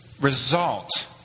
result